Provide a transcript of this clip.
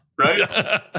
right